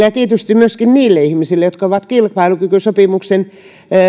ja tietysti myöskin niihin ihmisiin jotka ovat kilpailukykysopimuksen